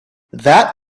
that